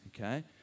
okay